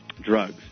drugs